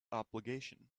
obligation